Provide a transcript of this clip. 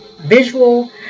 visual